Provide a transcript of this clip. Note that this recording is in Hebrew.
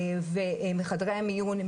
ומחדרי המיון,